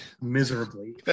miserably